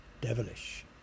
devilish